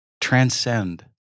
transcend